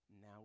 Now